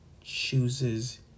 chooses